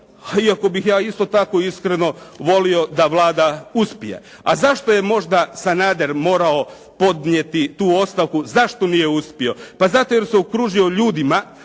iako bih ja isto tako iskreno volio da Vlada uspije. A zašto je možda Sanader morao podnijeti tu ostavku? Zašto nije uspio? Pa zato jer se okružio ljudima,